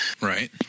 Right